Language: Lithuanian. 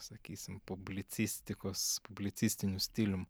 sakysim publicistikos publicistiniu stilium